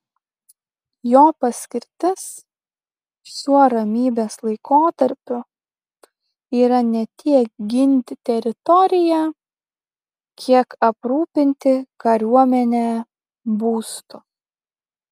jo paskirtis šiuo ramybės laikotarpiu yra ne tiek ginti teritoriją kiek aprūpinti kariuomenę būstu